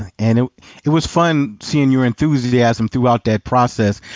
and it it was fun seeing your enthusiasm throughout that process,